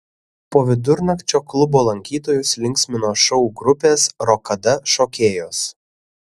po vidurnakčio klubo lankytojus linksmino šou grupės rokada šokėjos